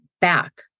back